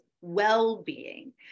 well-being